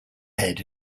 head